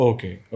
Okay